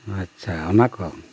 ᱟᱪᱪᱷᱟ ᱚᱱᱟ ᱠᱚ